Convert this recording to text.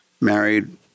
Married